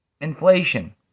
Inflation